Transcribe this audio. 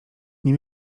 nie